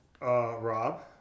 Rob